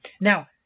Now